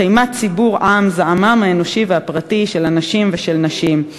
חמת ציבור עִם זעמם האנושי והפרטי של אנשים ושל נשים.